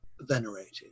venerated